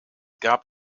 gab